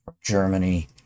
Germany